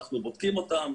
אנחנו בודקים אותם.